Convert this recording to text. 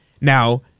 Now